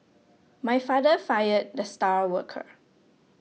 my father fired the star worker